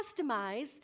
customize